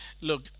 look